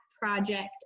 project